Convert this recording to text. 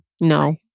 No